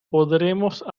podremos